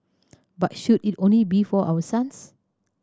but should it only be for our sons